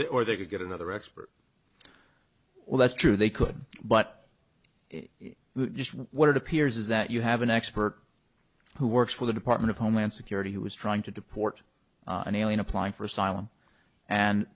the or they could get another expert well that's true they could but what it appears is that you have an expert who works for the department of homeland security who was trying to deport an alien applying for asylum and